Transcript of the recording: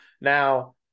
Now